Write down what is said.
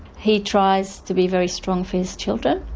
he tries to be very strong for his children,